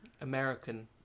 American